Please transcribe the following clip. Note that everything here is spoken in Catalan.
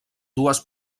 dues